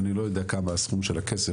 אני לא יודע כמה הסכום של הכסף,